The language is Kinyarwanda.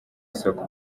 isoko